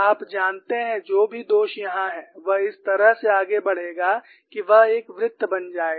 आप जानते हैं जो भी दोष यहां है वह इस तरह से आगे बढ़ेगा कि वह एक वृत्त बन जाएगा